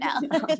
now